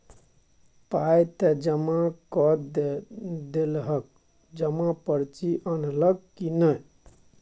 पाय त जमा कए देलहक जमा पर्ची अनलहक की नै